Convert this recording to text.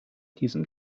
diesem